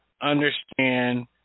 understand